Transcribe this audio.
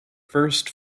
first